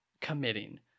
committing